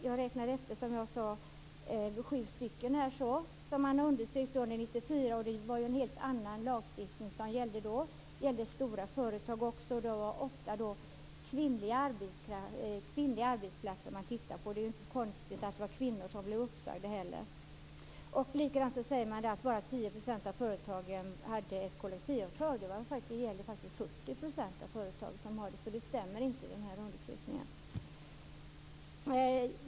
Jag räknade efter, som jag sade, och fann att det var sju stycken som man undersökte år 1994. Det var en helt annan lagstiftning som gällde då. Det handlade också om stora företag. Det var ofta kvinnliga arbetsplatser man tittade på, så det var inte så konstigt att det var kvinnor som blev uppsagda. Man sade också att bara 10 % av företagen hade ett kollektivavtal. Det gällde faktiskt 40 % av företagen, så det som sades i den undersökningen stämmer inte.